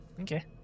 Okay